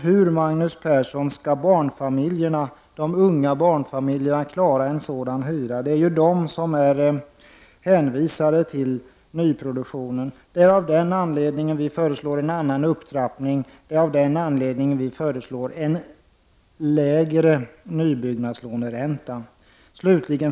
Hur, Magnus Persson, skall de unga barnfamiljerna klara en sådan hyra? Det är ju de som är hänvisade till nyproduktionen. Av den anledningen föreslår vi en annan upptrappning. Av den anledningen föreslår vi också en lägre nybyggnadslåneränta.